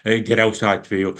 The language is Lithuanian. geriausiu atveju